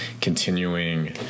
continuing